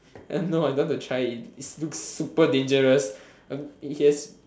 I don't know I don't want to try it it looks super dangerous uh he has